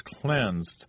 cleansed